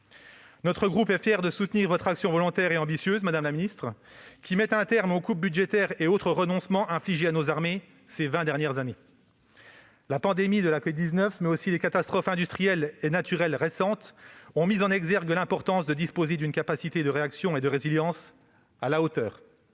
notre groupe est fier de soutenir votre action volontaire et ambitieuse, qui met un terme aux coupes budgétaires et autres renoncements infligés à nos armées ces vingt dernières années. La pandémie de la covid-19, mais aussi des catastrophes industrielles ou naturelles ont mis en exergue l'importance de disposer d'une capacité de réaction et de résilience à la hauteur.